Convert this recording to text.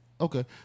Okay